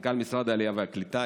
מנכ"ל משרד העלייה והקליטה.